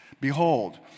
Behold